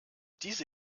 diese